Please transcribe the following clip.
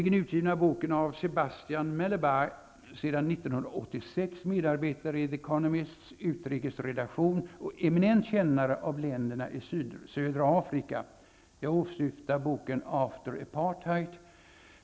Economists utrikesredaktion och eminent kännare av länderna i södra Afrika, har nyligen utgivit boken After Apartheid.